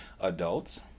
adults